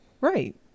right